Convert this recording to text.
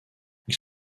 ils